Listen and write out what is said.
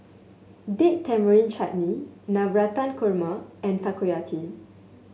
Date Tamarind Chutney Navratan Korma and Takoyaki